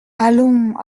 allons